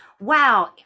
Wow